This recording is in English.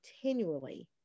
continually